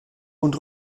und